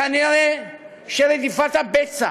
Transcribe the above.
כנראה שרדיפת הבצע